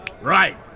Right